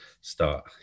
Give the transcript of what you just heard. start